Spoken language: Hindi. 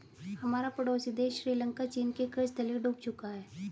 हमारा पड़ोसी देश श्रीलंका चीन के कर्ज तले डूब चुका है